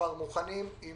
כבר מוכנים עם